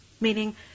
Meaning